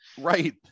Right